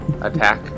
Attack